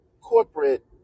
corporate